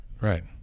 Right